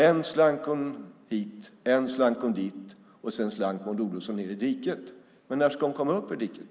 Än slank hon hit, än slank hon dit, och sedan slank Maud Olofsson ned i diket. När ska hon komma upp ur diket?